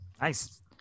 Nice